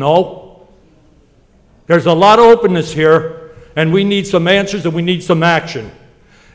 know there's a lot of openness here and we need some answers that we need some action